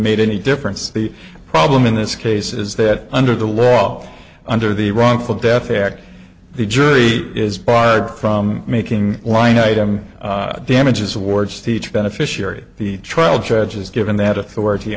made any difference the problem in this case is that under the law under the wrongful death act the jury is barred from making line item damages awards teach beneficiary the trial judge is given that authority